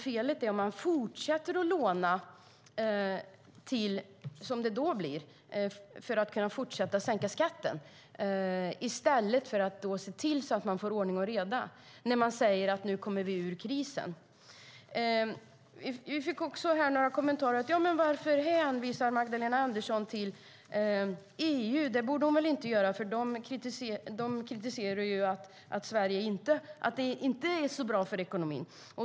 Felet är om man lånar, som det blev, för att kunna fortsätta att sänka skatten i stället för att se till att få ordning och reda i ekonomin. Vi fick höra några kommentarer om att Magdalena Andersson hänvisar till EU och att hon väl inte borde göra det eftersom de kritiserar att det inte är så bra med ekonomin.